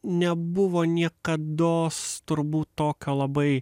nebuvo niekados turbūt tokio labai